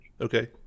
okay